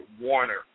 Warner